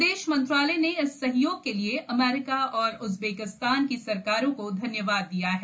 विदेश मंत्रालय ने इस सहयोग के लिए अमरीका और उज़्बेकिस्तान की सरकारों को धन्यवाद दिया है